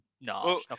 no